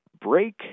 break